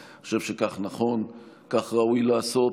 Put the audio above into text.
אני חושב שכך נכון, כך ראוי לעשות,